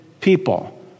people